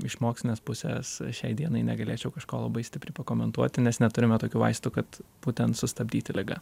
iš mokslinės pusės šiai dienai negalėčiau kažko labai stipriai pakomentuoti nes neturime tokių vaistų kad būtent sustabdyti ligą